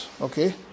okay